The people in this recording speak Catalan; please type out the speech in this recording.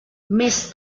més